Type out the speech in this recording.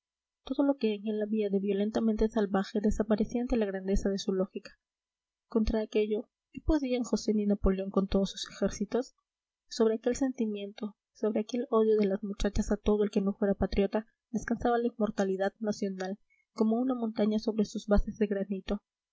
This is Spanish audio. todo lo que en él había de violentamente salvaje desaparecía ante la grandeza de su lógica contra aquello qué podían josé ni napoleón con todos sus ejércitos sobre aquel sentimiento sobre aquel odio de las muchachas a todo el que no fuera patriota descansaba la inmortalidad nacional como una montaña sobre sus bases de granito